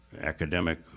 academic